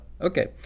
Okay